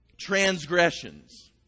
transgressions